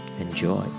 Enjoy